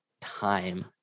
time